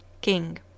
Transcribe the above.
King